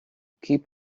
keep